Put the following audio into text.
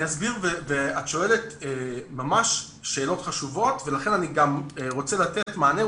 את שואלת ממש שאלות חשובות ולכן אני גם רוצה לתת מענה.